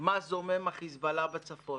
מה זומם החיזבאללה בצפון.